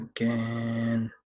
again